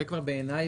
בעיניי,